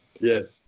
Yes